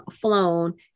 flown